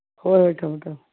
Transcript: ꯍꯣꯏ ꯍꯣꯏ ꯊꯝꯃꯣ ꯊꯝꯃꯣ